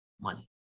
money